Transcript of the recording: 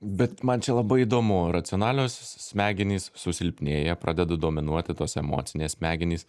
bet man čia labai įdomu racionalios smegenys susilpnėja pradeda dominuoti tos emocinės smegenys